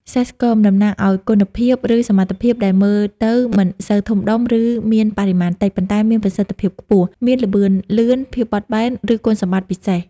សេះស្គមតំណាងឲ្យ គុណភាព ឬសមត្ថភាពដែលមើលទៅមិនសូវធំដុំ ឬមានបរិមាណតិច ប៉ុន្តែមានប្រសិទ្ធភាពខ្ពស់ មានល្បឿនលឿន ភាពបត់បែន ឬគុណសម្បត្តិពិសេស។